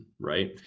right